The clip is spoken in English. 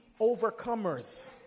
overcomers